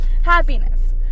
happiness